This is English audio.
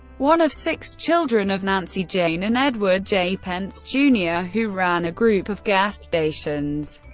one of six children of nancy jane and edward j. pence jr. who ran a group of gas stations.